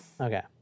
Okay